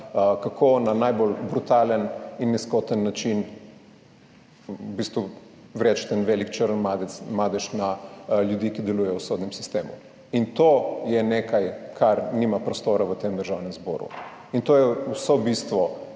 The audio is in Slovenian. kako na najbolj brutalen in nizkoten način v bistvu vreči en velik črn madež na ljudi, ki delujejo v sodnem sistemu. To je nekaj, kar nima prostora v Državnem zboru. To je bistvo